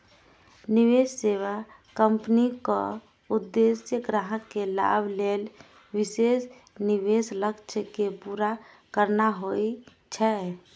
निवेश सेवा कंपनीक उद्देश्य ग्राहक के लाभ लेल विशेष निवेश लक्ष्य कें पूरा करना होइ छै